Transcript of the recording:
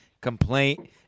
complaint